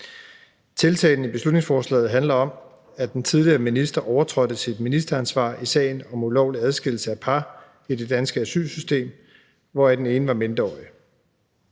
Tiltalen i beslutningsforslaget handler om, at den tidligere minister overtrådte sit ministeransvar i sagen om ulovlig adskillelse af par i det danske asylsystem, hvoraf den ene var mindreårig.